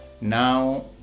now